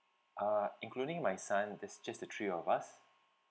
uh including my son it's just the three of us